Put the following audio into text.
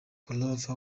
groove